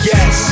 Yes